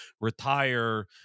retire